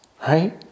right